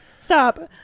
Stop